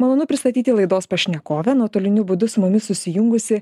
malonu pristatyti laidos pašnekovę nuotoliniu būdu su mumis susijungusi